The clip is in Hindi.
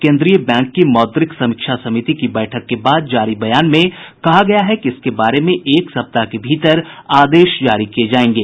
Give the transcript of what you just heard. केंद्रीय बैंक की मौद्रिक समीक्षा समिति की बैठक के बाद जारी बयान में कहा गया है कि इसके बारे में एक सप्ताह के भीतर आदेश जारी किये जायेंगे